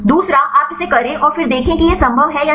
दूसरा आप इसे करें और फिर देखें कि यह संभव है या नहीं